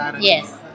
Yes